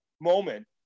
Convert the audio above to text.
moment